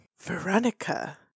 Veronica